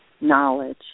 knowledge